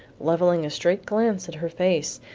levelling a straight glance at her face,